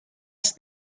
ask